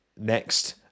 Next